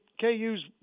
KU's